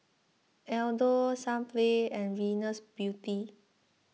Aldo Sunplay and Venus Beauty